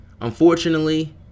Unfortunately